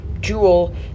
jewel